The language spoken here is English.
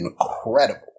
incredible